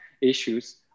issues